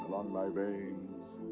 along my veins.